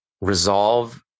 resolve